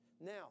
Now